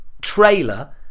trailer